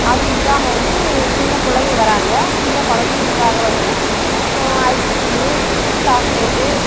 அது இல்லாமல் வந்து சின்ன பிள்ளைங்க வராங்க சின்ன குழந்தைங்களுக்காக வந்து ஐஸ்க்ரீம்மு சாக்லேட்டு